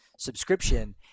Subscription